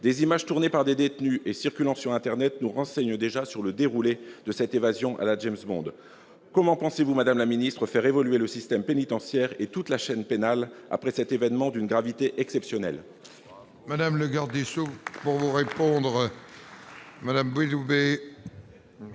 Des images tournées par des détenus et circulant sur internet nous renseignent déjà sur le déroulé de cette évasion à la James Bond ... Comment comptez-vous, madame la ministre, faire évoluer le système pénitentiaire et toute la chaîne pénale après cet événement d'une gravité exceptionnelle ?